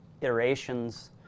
iterations